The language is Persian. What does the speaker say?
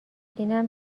اینم